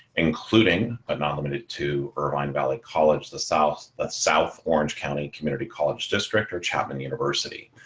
including but not limited to irvine valley college, the south the south orange county community college district or chapman university.